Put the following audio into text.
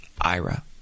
IRA